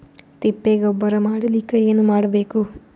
ತಿಪ್ಪೆ ಗೊಬ್ಬರ ಮಾಡಲಿಕ ಏನ್ ಮಾಡಬೇಕು?